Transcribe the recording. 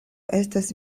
estas